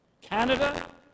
Canada